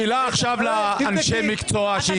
שאלה עכשיו לאנשי המקצוע שהגיעו לכאן.